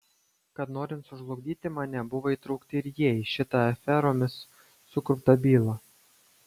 kad norint sužlugdyti mane buvo įtraukti ir jie į šitą aferomis sukurptą bylą